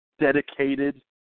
dedicated